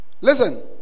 listen